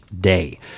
day